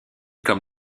comme